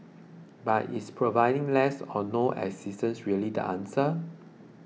but is providing less or no assistance really the answer